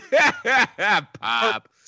Pop